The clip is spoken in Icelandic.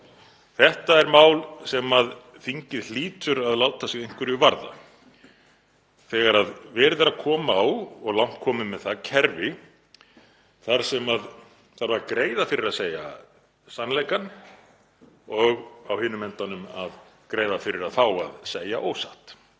Þetta er mál sem þingið hlýtur að láta sig einhverju varða þegar verið er að koma á, og langt komið með það, kerfi þar sem þarf að greiða fyrir að segja sannleikann og á hinum endanum að greiða fyrir að fá að segja ósatt,